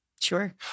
Sure